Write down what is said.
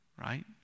right